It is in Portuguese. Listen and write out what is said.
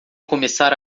começar